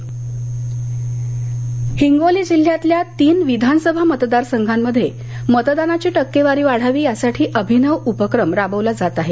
मतदान हिंगोली हिंगोली जिल्ह्यातल्या तीन विधानसभा मतदारसंघामध्ये मतदानाची टक्केवारी वाढावी यासीठी अभिनव उपक्रम राबवला जात आहे